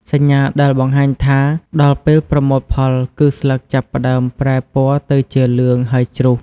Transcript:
សញ្ញាដែលបង្ហាញថាដល់ពេលប្រមូលផលគឺស្លឹកចាប់ផ្តើមប្រែពណ៌ទៅជាលឿង ហើយជ្រុះ។